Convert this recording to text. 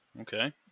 okay